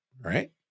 right